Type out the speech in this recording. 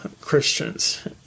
Christians